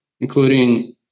including